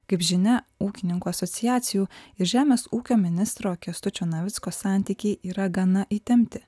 kaip žinia ūkininkų asociacijų ir žemės ūkio ministro kęstučio navicko santykiai yra gana įtempti